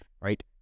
right